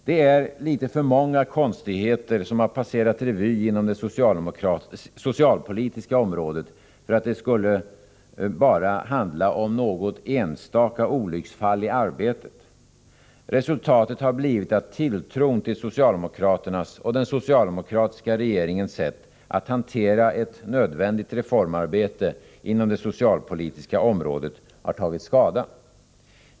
Det är litet för många konstigheter som har passerat revy inom det socialpolitiska området för att det bara skulle handla om något enstaka olycksfall i arbetet. Resultatet har blivit att tilltron till socialdemokraternas och den socialdemokratiska regeringens sätt att hantera ett nödvändigt reformarbete inom det socialpolitiska området tagit skada.